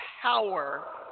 power